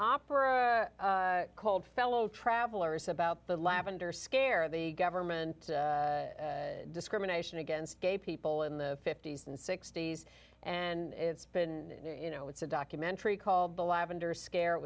opera called fellow travelers about the lavender scare the government discrimination against gay people in the fifty's and sixty's and it's been you know it's a documentary called the lavender scare it